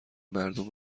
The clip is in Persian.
مردم